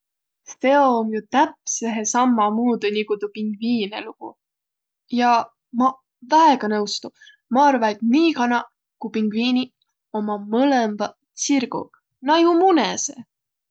Seo om jo täpsehe sammamuudu, nigu tuu pingviine lugu. Ja ma väega nõustu. Ma arva, et nii kanaq ku pingviiniq ommaq mõlõmbaq tsirguq. Nä jo munõsõq.